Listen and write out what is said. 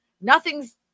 nothing's